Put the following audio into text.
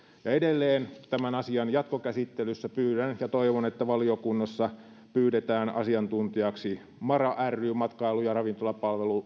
edelleen tämän asian jatkokäsittelyssä pyydän ja toivon että valiokunnassa pyydetään asiantuntijaksi matkailu ja